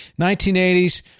1980s